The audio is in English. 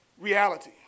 reality